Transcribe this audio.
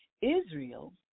Israel